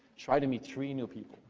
try to meet three new people.